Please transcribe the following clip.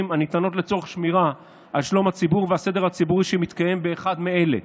שניתנות לצורך שמירה על שלום הציבור והסדר הציבורי שמתקיים באחד מאלה: